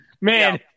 Man